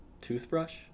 toothbrush